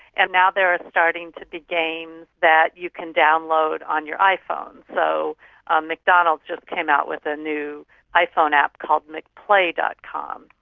and now there are starting to be games that you can download on your iphone. so um mcdonald's just came out with a new iphone app called mcplay. com.